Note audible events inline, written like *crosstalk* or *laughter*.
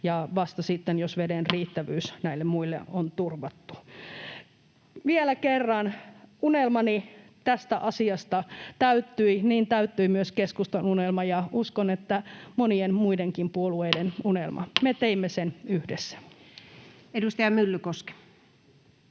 koputtaa] jos veden riittävyys näille muille on turvattu. Vielä kerran, unelmani tästä asiasta täyttyi. Niin täyttyi myös keskustan unelma, ja uskon, että monien muidenkin puolueiden unelma. *noise* Me